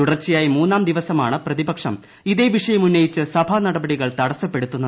തുടർച്ചയായി മൂന്നാം ദിവസമാണ് പ്രതിപക്ഷം ഇതേ വിഷയം ഉന്നയിച്ച് സഭാ നടപടികൾ തടസ്സപ്പെടുത്തുന്നത്